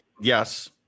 Yes